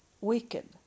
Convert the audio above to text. wicked